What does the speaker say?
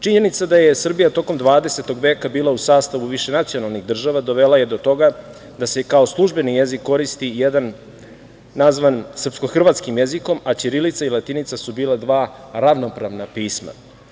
Činjenica da je Srbija tokom 20. veka bila u sastavu višenacionalnih država dovela je do toga da se kao službeni jezik koristi jedan nazvan „srpsko-hrvatskim“ jezikom, a ćirilica i latinica su bila dva ravnopravno pisma.